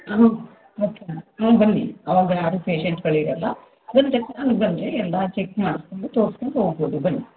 ಹ್ಞೂ ಓಕೆಮಾ ಹ್ಞೂ ಬನ್ನಿ ಅವಾಗ ಯಾರೂ ಪೇಶೆಂಟ್ಗಳಿರೋಲ್ಲ ಬನ್ನಿ ಎಲ್ಲ ಚೆಕ್ ಮಾಡ್ಸಿಕೊಂಡು ತೋರ್ಸ್ಕೊಂಡು ಹೋಗ್ಬೋದು ಬನ್ನಿ